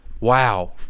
Wow